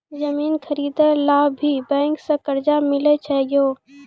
जमीन खरीदे ला भी बैंक से कर्जा मिले छै यो?